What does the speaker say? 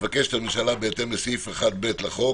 הממשלה מבקשת, בהתאם לסעיף 1(ב) לחוק